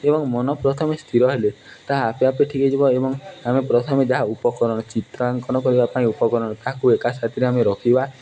ଏବଂ ମନ ପ୍ରଥମେ ସ୍ଥିର ହେଲେ ତାହା ଆପେ ଆପେ ଠିକ୍ ହୋଇଯିବ ଏବଂ ଆମେ ପ୍ରଥମେ ଯାହା ଉପକରଣ ଚିତ୍ରାଙ୍କନ କରିବା ପାଇଁ ଉପକରଣ ତାହାକୁ ଏକା ସାଥିରେ ଆମେ ରଖିବା